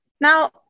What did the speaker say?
Now